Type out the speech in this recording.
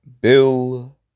Bill